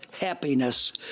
happiness